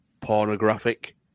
Pornographic